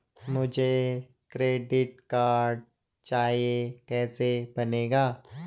मुझे credit card चाहिए कैसे बनेगा?